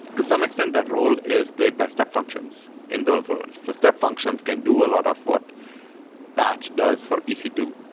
to some extent, that role is played by step functions in those worlds. so step functions can do a lot of what batch does for e c two.